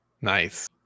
Nice